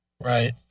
Right